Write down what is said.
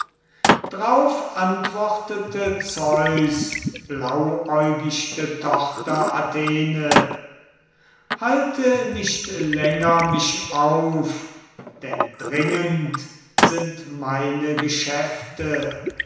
drauf antwortete zeus blauäugichte tochter athene halte nicht länger mich auf denn dringend sind meine geschäfte